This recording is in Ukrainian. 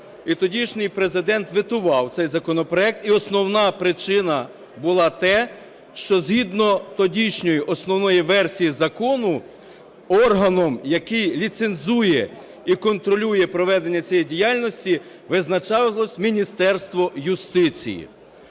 і тодішній Президент ветував цей законопроект. І основна причина була те, що згідно тодішньої основної версії закону органом, який ліцензує і контролює проведення цієї діяльності, визначалось Міністерство юстиції.